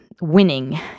winning